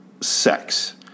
sex